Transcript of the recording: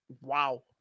wow